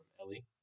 Ellie